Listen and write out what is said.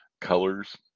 Colors